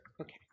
Okay